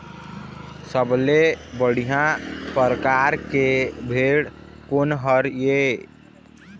सबले बढ़िया परकार के भेड़ कोन हर ये?